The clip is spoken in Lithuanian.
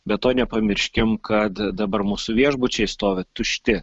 be to nepamirškim kad dabar mūsų viešbučiai stovi tušti